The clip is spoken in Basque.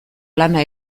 lana